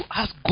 ask